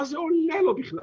מה זה עולה לו בכלל?